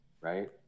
right